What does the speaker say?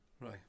Right